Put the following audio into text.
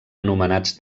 anomenats